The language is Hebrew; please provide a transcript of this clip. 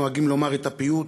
נוהגים לומר את הפיוט